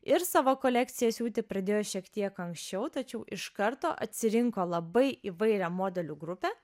ir savo kolekciją siūti pradėjo šiek tiek anksčiau tačiau iš karto atsirinko labai įvairią modelių grupę